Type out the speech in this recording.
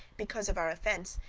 because of our offence,